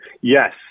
Yes